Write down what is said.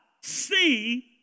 see